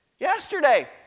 Yesterday